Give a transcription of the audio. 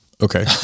Okay